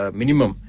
minimum